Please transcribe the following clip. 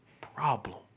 problem